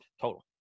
total